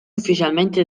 ufficialmente